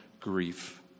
grief